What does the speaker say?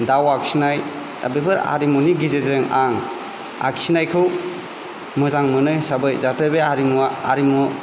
दाउ आखिनाय दा बेफोर आरिमुनि गेजेरजों आं आखिनायखौ मोजां मोननाय हिसाबै जाहाथे बे आरिमुआ आरिमु